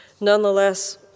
Nonetheless